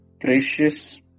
precious